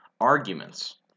arguments